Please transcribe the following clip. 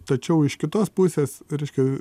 tačiau iš kitos pusės reiškia